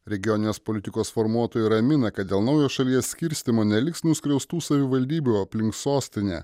regioninės politikos formuotojai ramina kad dėl naujo šalies skirstymo neliks nuskriaustų savivaldybių aplink sostinę